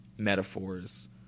metaphors